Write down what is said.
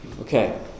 Okay